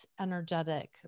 energetic